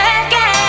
again